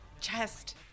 Chest